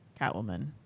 Catwoman